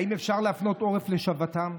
האם אפשר להפנות עורף לשוועתם?